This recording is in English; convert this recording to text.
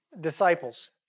disciples